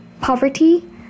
poverty